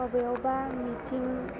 बबेयावबा मिटिं